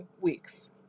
weeks